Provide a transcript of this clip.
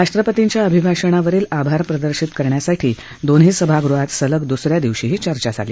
राष्ट्रपतींच्या अभिभाषणावरील आभार प्रदर्शित करण्यासाठी दोन्ही सभागृहात सलग दुसऱ्या दिवशीही चर्चा झाली